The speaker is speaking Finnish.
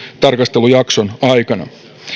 tarkastelujakson aikana